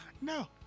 No